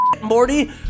Morty